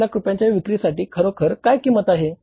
7 लाख रुपयांच्या विक्रीसाठी खरोखर काय किंमत आहे